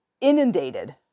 inundated